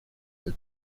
del